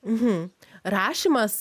mhm rašymas